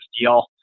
deal